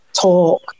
talk